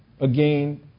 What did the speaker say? Again